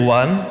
one